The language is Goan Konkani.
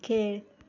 खेळ